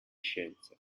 scienze